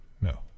No